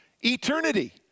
eternity